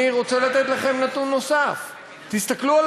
אני רוצה לתת לכם נתון נוסף: תסתכלו על